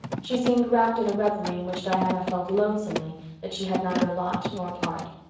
she seemed wrapped in a reverie in which diana felt lonesomely that she had neither lot nor part.